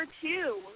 two